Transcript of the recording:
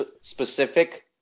specific